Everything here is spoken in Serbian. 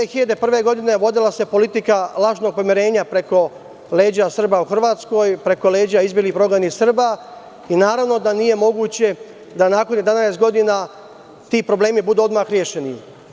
Od 2001. godine vodila se politika lažnog pomirenja preko leđa Srba u Hrvatskoj, preko leđa izbeglih i prognanih Srba i naravno da nije moguće da nakon 11 godina ti problemi budu odmah rešeni.